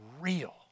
real